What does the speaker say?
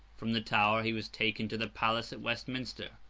from the tower, he was taken to the palace at westminster,